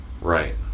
Right